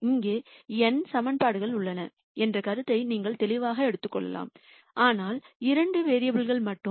இங்கே n சமன்பாடுகள் உள்ளன என்ற கருத்தை நீங்கள் தெளிவாக எடுத்துக் கொள்ளலாம் ஆனால் இரண்டு வேரியபுல் மட்டுமே